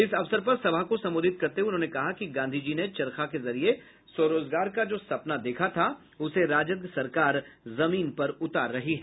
इस अवसर पर सभा को संबोधित करते हुये उन्होंने कहा कि गांधी जी ने चरखा के जरिए स्वरोजगार का जो सपना देखा था उसे राजग सरकार जमीन पर उतार रही है